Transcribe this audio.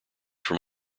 from